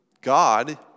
God